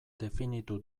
definitu